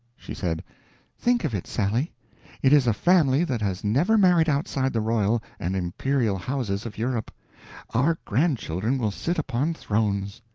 she said think of it, sally it is a family that has never married outside the royal and imperial houses of europe our grandchildren will sit upon thrones!